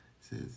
says